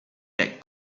that